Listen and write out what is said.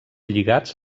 lligats